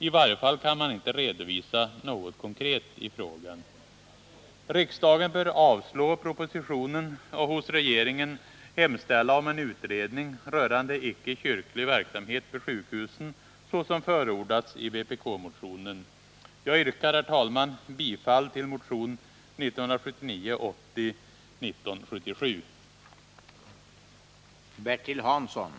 I varje fall kan man inte redovisa något konkret i frågan. Riksdagen bör avslå propositionen och hos regeringen hemställa om en utredning rörande icke-kyrklig verksamhet vid sjukhusen, såsom förordats i vpk-motionen. Jag yrkar, herr talman, bifall till motion 1979/80:1977.